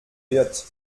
wird